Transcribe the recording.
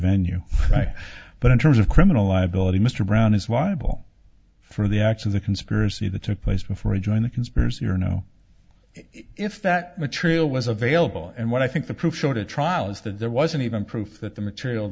venue but in terms of criminal liability mr brown is wible for the acts of the conspiracy that took place before he joined the conspiracy or no if that material was available and what i think the proof showed a trial is that there wasn't even proof that the material